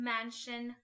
Mansion